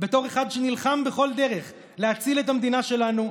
בתור אחד שנלחם בכל דרך להציל את המדינה שלנו,